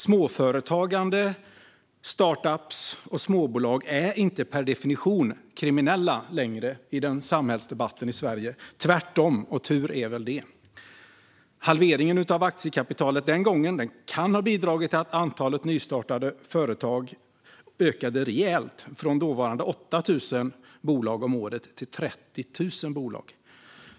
Småföretagare, startup-företag och småbolag är inte längre per definition kriminella i samhällsdebatten i Sverige, utan tvärtom. Och tur är väl det. Halveringen av aktiekapitalet den gången kan ha bidragit till att antalet nystartade företag ökade rejält, från dåvarande 8 000 bolag om året till 30 000 bolag.